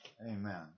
Amen